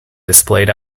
displayed